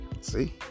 See